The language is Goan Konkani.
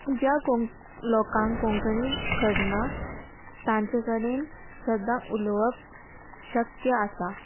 ज्या लोकांक कोंकणी करना तांचे कडेन सद्दां उलोवप शक्य आसा